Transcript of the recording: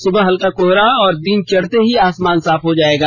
सुबह हल्का कोहरा रहेगा और दिन चढ़ते ही आसमान साफ हो जायेगा